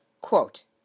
quote